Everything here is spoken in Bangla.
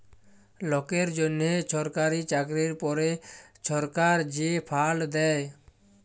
লকের জ্যনহ ছরকারি চাকরির পরে ছরকার যে ফাল্ড দ্যায়